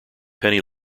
penny